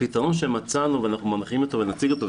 הפתרון שמצאנו ונציג אותו,